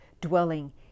dwelling